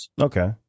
Okay